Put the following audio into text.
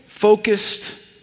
focused